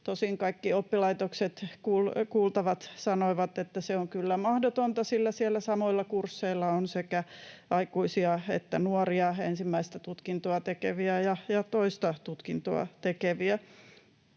Tosin kaikki oppilaitosten kuultavat sanoivat, että se on kyllä mahdotonta, sillä siellä samoilla kursseilla on sekä aikuisia että nuoria, ensimmäistä tutkintoa tekeviä ja toista tutkintoa tekeviä.